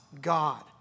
God